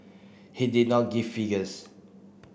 he did not give figures